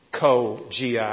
co-GI